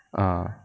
err